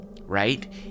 right